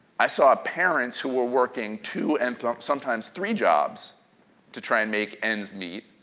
i saw parents who were working two and sometimes three jobs to try and make ends meet,